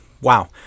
Wow